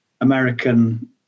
American